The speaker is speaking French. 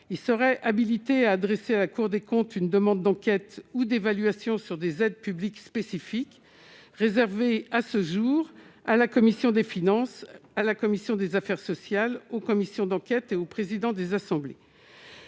ils seraient habilités à adresser à la Cour des comptes, une demande d'enquête ou d'évaluation sur des aides publiques spécifique réservée à ce jour à la commission des finances à la commission des affaires sociales aux commissions d'enquête et aux présidents des assemblées